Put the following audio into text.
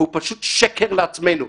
זה פשוט שקר לעצמנו.